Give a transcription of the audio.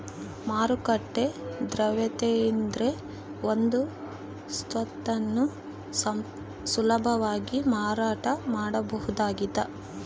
ಮಾರುಕಟ್ಟೆ ದ್ರವ್ಯತೆಯಿದ್ರೆ ಒಂದು ಸ್ವತ್ತನ್ನು ಸುಲಭವಾಗಿ ಮಾರಾಟ ಮಾಡಬಹುದಾಗಿದ